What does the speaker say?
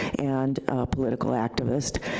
and political activist.